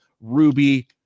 ruby